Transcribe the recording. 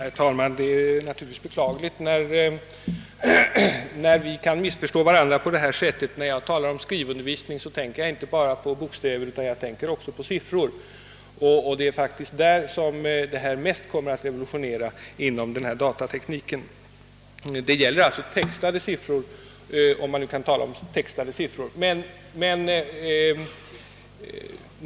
Herr talman! Det är naturligtvis beklagligt att vi kan missförstå varandra på detta sätt. När jag talar om skrivundervisning tänker jag emellertid inte bara på bokstäver utan också på siff ror. Det är faktiskt på den punkten denna datateknik kommer att innebära den största revolutionen; det gäller alltså textade siffror, om man kan tala om sådana.